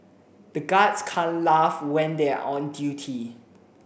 the guards can't laugh when they are on duty